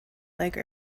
like